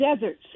deserts